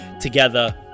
Together